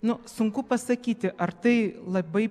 nu sunku pasakyti ar tai labai